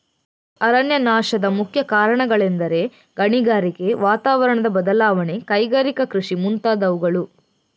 ಅರಣ್ಯನಾಶದ ಮುಖ್ಯ ಕಾರಣಗಳೆಂದರೆ ಗಣಿಗಾರಿಕೆ, ವಾತಾವರಣದ ಬದಲಾವಣೆ, ಕೈಗಾರಿಕಾ ಕೃಷಿ ಮುಂತಾದವುಗಳು